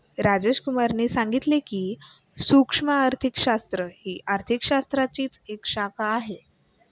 राजेश कुमार ने सांगितले की, सूक्ष्म अर्थशास्त्र ही अर्थशास्त्राचीच एक शाखा आहे